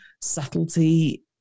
subtlety